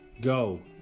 go